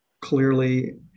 clearly